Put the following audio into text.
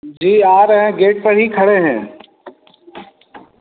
जी आ रहे हैं गेट पर ही खड़े हैं